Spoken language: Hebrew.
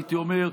הייתי אומר,